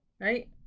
right